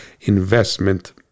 investment